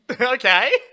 Okay